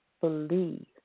believe